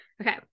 okay